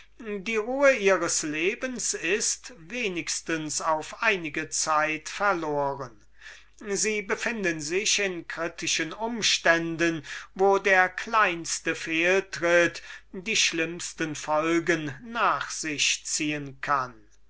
die ruhe euers lebens ist wenigstens auf einige zeit verloren ihr befindet euch in kritischen umständen wo der kleinste fehltritt die schlimmesten folgen nach sich ziehen kann